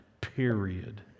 period